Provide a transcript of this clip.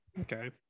Okay